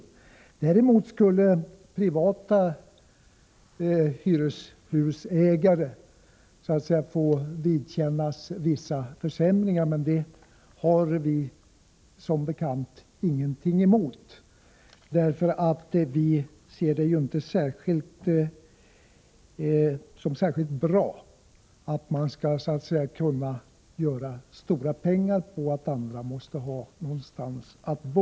Däremot skulle privata hyreshusägare så att säga få vidkännas vissa försämringar, men det har vi som bekant ingenting emot, därför att vi ser det inte som särskilt bra att man skall kunna göra stora pengar på att folk måste ha någonstans att bo.